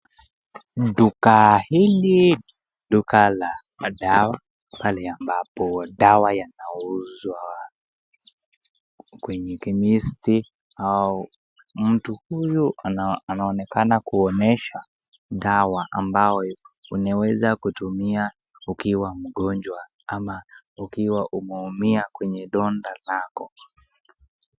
Duka hili ni duka la madawa pale ambapo dawa yanauzwa kwenye chemist au mtu huyo anaonekana kuonyesha dawa ambao unaweza kutumia ukiwa mgonjwa ama ukiwa umeumia kwenye donda lako.